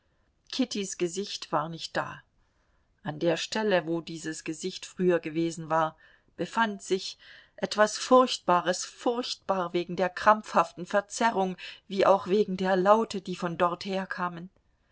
kittys gesicht war nicht da an der stelle wo dieses gesicht früher gewesen war befand sich etwas furchtbares furchtbar wegen der krampfhaften verzerrung wie auch wegen der laute die von dort herkamen